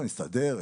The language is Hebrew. נסתדר,